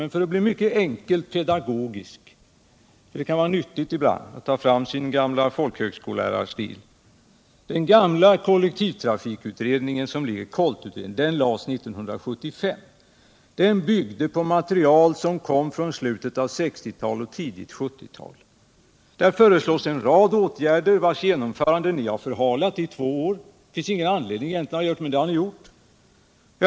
Men för att vara mycket enkelt pedagogisk —det kan vara nyttigt ibland att ta fram sin folkhögskolelärarstil: Den gamla kollektivtrafikutredningen, KOLT, som lades fram 1975, byggde på material från slutet av 1960-talet och början av 1970-talet. Där föreslogs en rad åtgärder, vilkas genomförande ni har förhalat i två år — det har inte funnits någon anledning, men det har ni gjort.